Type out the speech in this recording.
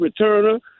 returner